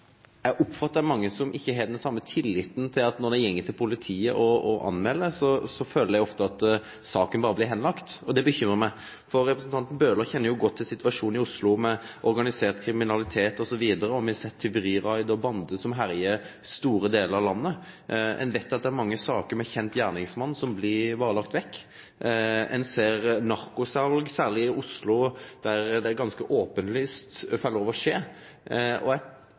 Eg oppfattar at det er mange som ikkje har den same tilliten til politiet, for når dei går til politiet for å melde frå, føler dei ofte at saken berre blir lagt vekk. Det bekymrar meg. Representanten Bøhler kjenner jo godt til situasjonen i Oslo, med organisert kriminalitet osv. Me ser tjuveriraid og bandar som herjar over store delar av landet. Ein veit at det er mange saker med kjend gjerningsmann som berre blir lagde vekk. Ein ser narkosal, særleg i Oslo, der det ganske openlyst får lov å skje. Dette gjer noko med folks rettsfølelse, tryggleik og